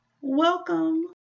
Welcome